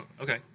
Okay